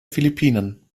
philippinen